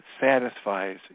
satisfies